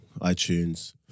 iTunes